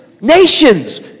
nations